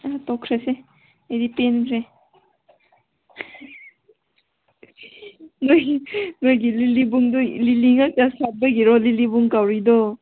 ꯑꯗꯨ ꯇꯣꯛꯈ꯭ꯔꯁꯦ ꯑꯩꯗꯤ ꯄꯦꯟꯗ꯭ꯔꯦ ꯅꯣꯏꯒꯤ ꯂꯤꯂꯤꯕꯨꯡꯗꯨ ꯂꯤꯂꯤ ꯉꯥꯛꯇ ꯁꯥꯠꯄꯒꯤꯔꯣ ꯂꯤꯂꯤꯕꯨꯡ ꯀꯧꯔꯤꯗꯣ